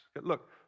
Look